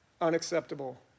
unacceptable